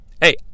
hey